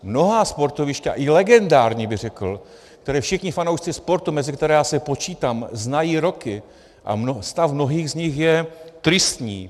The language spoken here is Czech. Mnohá sportoviště, a i legendární, bych řekl, která všichni fanoušci sportu, mezi které já se počítám, znají roky, a stav mnohých z nich je tristní.